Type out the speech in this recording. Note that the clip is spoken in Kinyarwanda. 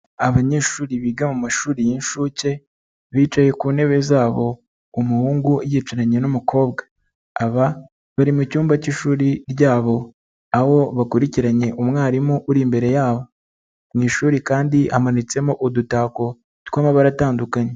Abanyeshuri biga mu mashuri y'inshuke, bicaye ku ntebe zabo umuhungu yicaranye n'umukobwa, aba bari mu cyumba k'ishuri ryabo aho bakurikiranye umwarimu uri imbere yabo, mu ishuri kandi hamanitsemo udutako tw'amabara atandukanye.